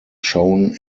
shown